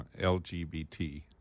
lgbt